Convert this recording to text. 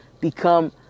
become